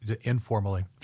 informally